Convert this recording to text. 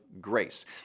grace